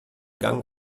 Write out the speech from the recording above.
gang